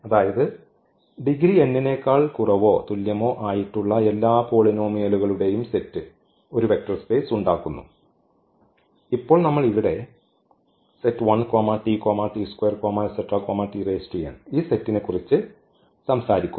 അതായത് degree n നേക്കാൾ കുറവോ തുല്ല്യമോ ആയിട്ടുള്ള എല്ലാ പോളിനോമിയലുകളുടെയും സെറ്റ് ഒരു വെക്റ്റർ സ്പേസ് ഉണ്ടാക്കുന്നു ഇപ്പോൾ നമ്മൾ ഇവിടെ ഈ സെറ്റിനെക്കുറിച്ച് സംസാരിക്കുന്നു